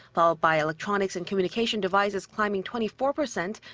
followed by electronics and communication devices climbing twenty four percent,